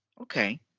Okay